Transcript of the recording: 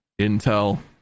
Intel